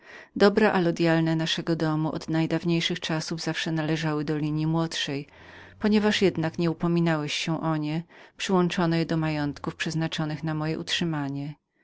dobra allodjalne naszego domu od najdawniejszych czasów zawsze należały do linji młodszej ponieważ jednak nie upominałeś się o nie przyłączono je więc do majątków przeznaczonych na moje utrzymanie